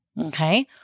Okay